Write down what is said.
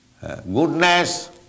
Goodness